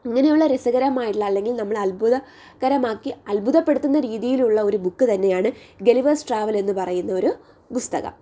അങ്ങനെയുള്ള രസകരമായിട്ടുള്ള അല്ലെങ്കിൽ നമ്മളെ അത്ഭുതകരമാക്കി അത്ഭുതപ്പെടുത്തുന്ന രീതിയിലുള്ള ഒരു ബുക്ക് തന്നെയാണ് ഗളിവേഴ്സ് ട്രാവൽ എന്ന് പറയുന്ന ഒരു പുസ്തകം